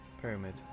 pyramid